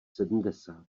sedmdesát